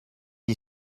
you